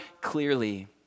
clearly